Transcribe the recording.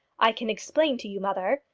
i can explain to you, mother,